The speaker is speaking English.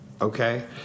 Okay